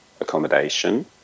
accommodation